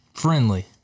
friendly